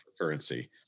currency